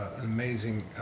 amazing